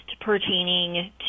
pertaining